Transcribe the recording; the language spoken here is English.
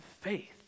faith